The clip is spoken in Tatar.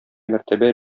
мәртәбә